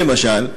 למשל,